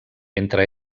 entre